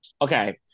Okay